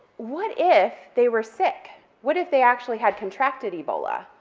what if they were sick? what if they actually had contracted ebola,